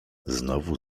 znowu